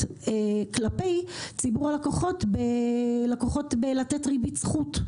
כלפי ציבור הלקוחות בלתת ריבית זכות.